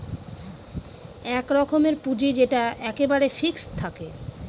এক রকমের পুঁজি যেটা এক্কেবারে ফিক্সড থাকে